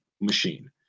machine